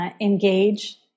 engage